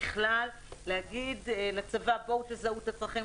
בכלל להגיד לצבא: בואו תזהו את הצרכים,